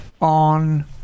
on